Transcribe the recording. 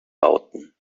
bauten